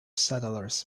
settlers